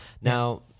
Now